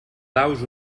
daus